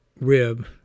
rib